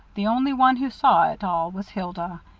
the only one who saw it all was hilda,